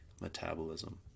metabolism